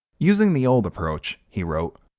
using the old approach, he wrote,